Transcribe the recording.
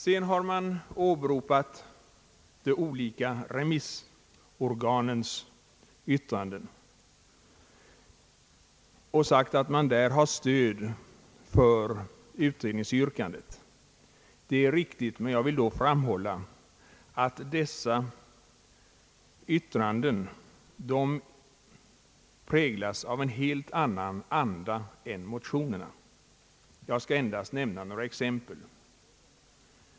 Man har åberopat de olika remissorganens yttranden och sagt att man där har stöd för utredningsyrkandet. Det är riktigt, men jag vill då framhålla att dessa yttranden präglas av en helt annen anda än motionerna. Jag skall endast nämna några exempel.